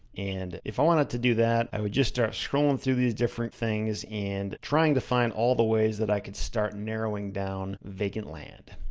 and if i wanted to do that, i would just start scrolling through these different things and trying to find all the ways i could start narrowing down vacant land.